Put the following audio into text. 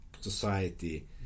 society